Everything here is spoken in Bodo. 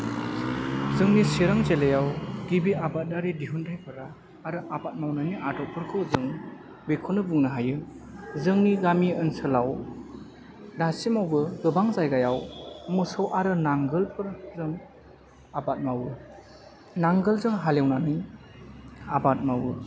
जोंनि चिरां जिल्लायाव गिबि आबादारि दिहुन्थायफोरा आरो आबाद मावनायनि आदबफोरखौ जों बेखौनो बुंनो हायो जोंनि गामि ओनसोलाव दासिमावबो गोबां जायगायाव मोसौ आरो नांगोल फोरजों आबाद मावो नांगोलजों हालेवनानै आबाद मावो